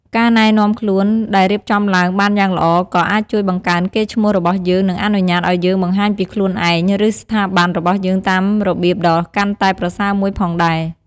ការណែនាំខ្លួនដែលរៀបចំឡើងបានយ៉ាងល្អក៏អាចជួយបង្កើនកេរ្តិ៍ឈ្មោះរបស់យើង និងអនុញ្ញាតឱ្យយើងបង្ហាញពីខ្លួនឯង ឬស្ថាប័នរបស់យើងតាមរបៀបដ៏កាន់តែប្រសើរមួយផងដែរ។